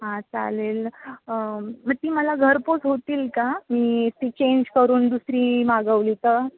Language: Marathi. हां चालेल मग ती मला घरपोच होतील का मी ती चेंज करून दुसरी मागवली तर